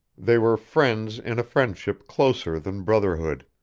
they were friends in a friendship closer than brotherhood.